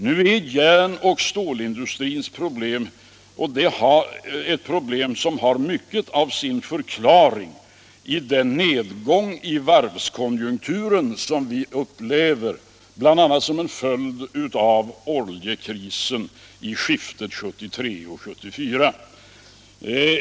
Nu har järn och stålindustrins problem mycket av sin förklaring i den nedgång i varvskonjunkturen som vi upplever, bl.a. som en följd av oljekrisen i skiftet 1973-1974.